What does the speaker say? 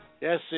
Yes